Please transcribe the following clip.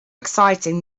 exciting